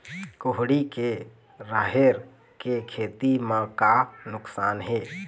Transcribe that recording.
कुहड़ी के राहेर के खेती म का नुकसान हे?